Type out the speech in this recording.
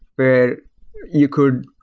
where you could,